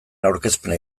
aurkezpena